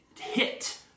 hit